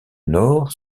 nord